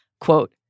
Quote